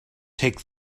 take